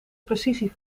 precisie